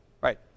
Right